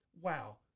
Wow